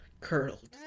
Curled